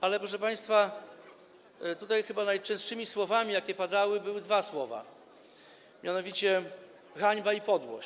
Ale, proszę państwa, tutaj chyba najczęstszymi słowami, jakie padały, były dwa słowa, mianowicie hańba i podłość.